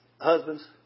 Husbands